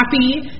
happy